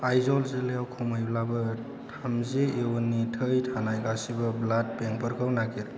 आइजल जिल्लायाव खमैब्लाबो थामजि इउनिट थै थानाय गासिबो ब्लाड बेंकफोरखौ नागिर